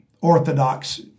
orthodox